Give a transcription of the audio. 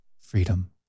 freedom